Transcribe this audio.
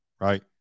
right